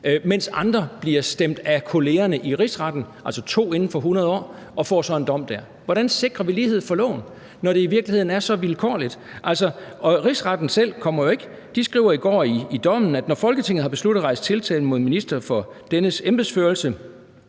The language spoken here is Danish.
kollegerne bliver stemt i Rigsretten, altså to inden for 100 år, og får så en dom der. Hvordan sikrer vi lighed for loven, når det i virkeligheden er så vilkårligt? Rigsretten selv skriver i går i dommen, at når Folketinget har besluttet at rejse tiltale mod en minister for dennes embedsførelse,